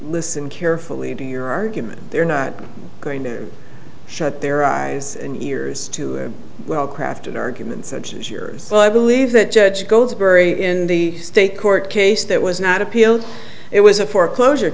listen carefully to your argument they're not going to shut their eyes and ears to well crafted arguments such as yours but i believe that judge gold in the state court case that was not appealed it was a foreclosure